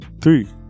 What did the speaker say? Three